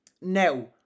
Now